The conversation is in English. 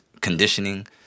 conditioning